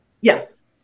Yes